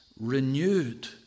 renewed